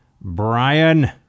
brian